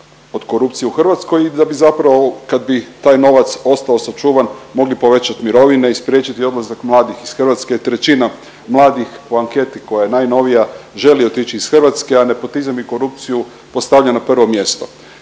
od korupcije u Hrvatskoj i da bi zapravo kad bi taj novac ostao sačuvan mogli povećati mirovine i spriječiti odlazak mladih iz Hrvatske. Trećina mladih u anketi koja je najnovija želi otići iz Hrvatske, a nepotizam i korupciju postavlja na prvo mjesto.